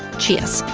cheers!